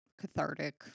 cathartic